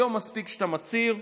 היום מספיק שאתה מצהיר,